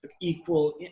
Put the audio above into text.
equal